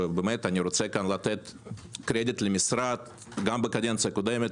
אני רוצה לתת כאן קרדיט למשרד גם בקדנציה הקודמת,